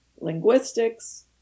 linguistics